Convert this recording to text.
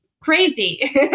crazy